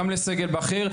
גם לסגל בכיר,